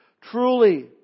Truly